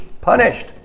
punished